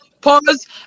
Pause